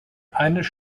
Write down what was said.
eines